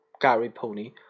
gary-pony